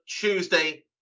tuesday